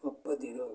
ಒಪ್ಪದಿರು